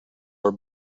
are